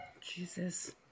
Jesus